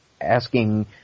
asking